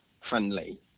friendly